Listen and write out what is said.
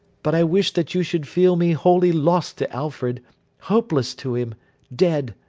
but i wished that you should feel me wholly lost to alfred hopeless to him dead.